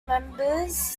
members